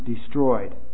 destroyed